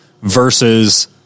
versus